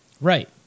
Right